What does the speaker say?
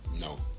no